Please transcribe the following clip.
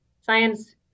science